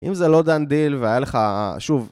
אם זה לא done deal והיה לך שוב